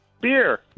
beer